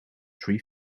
three